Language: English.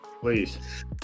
Please